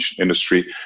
industry